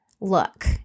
look